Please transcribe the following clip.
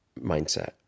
mindset